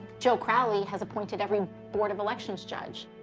joe crowley has appointed every board of elections judge.